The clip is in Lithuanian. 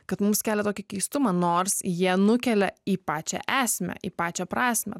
kad mums kelia tokį keistumą nors jie nukelia į pačią esmę į pačią prasmę